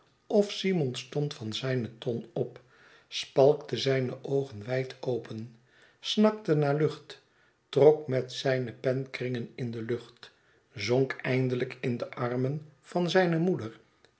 of simon stond van zijne ton op spalkte zijne oogen wijd open snakte naar lucht trok met zijne pen kringen in de lucht zonk eindelijk in de armen van zijne moeder